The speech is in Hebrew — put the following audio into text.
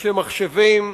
אנשי מחשבים,